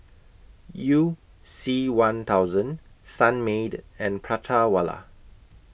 YOU C one thousand Sunmaid and Prata Wala